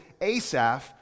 Asaph